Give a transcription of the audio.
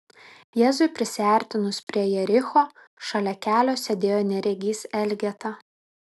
jėzui prisiartinus prie jericho šalia kelio sėdėjo neregys elgeta